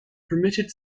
permitted